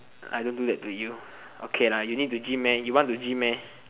I don't do that to you okay lah you need to gym meh you want to gym meh